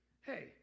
hey